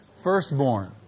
Firstborn